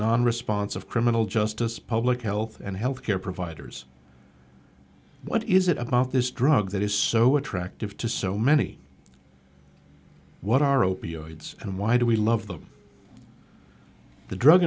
non response of criminal justice public health and health care providers what is it about this drug that is so attractive to so many what are opioids and why do we love them the drug